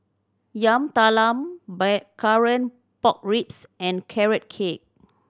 Yam Talam Blackcurrant Pork Ribs and Carrot Cake